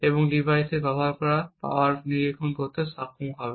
এবং ডিভাইসের ব্যবহার করা পাওয়ার নিরীক্ষণ করতে সক্ষম হবে